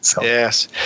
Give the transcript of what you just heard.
Yes